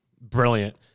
brilliant